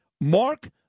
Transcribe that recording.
Mark